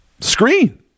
screen